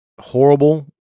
Horrible